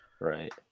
Right